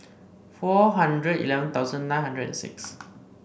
four hundred eleven thousand nine hundred and six